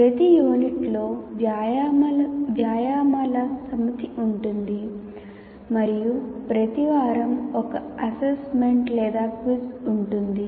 ప్రతి యూనిట్లో వ్యాయామాల సమితి ఉంటుంది మరియు ప్రతి వారం ఒక అసైన్మెంట్ లేదా క్విజ్ ఉంటుంది